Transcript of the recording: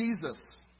Jesus